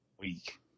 week